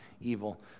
evil